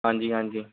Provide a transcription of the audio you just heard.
ਹਾਂਜੀ ਹਾਂਜੀ